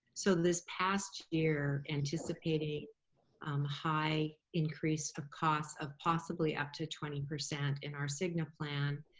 so this past year anticipating um high increase of costs of possibly up to twenty percent in our cigna plan,